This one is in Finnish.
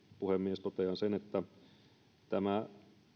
puhemies totean sen että tämä